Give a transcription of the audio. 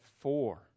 Four